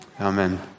Amen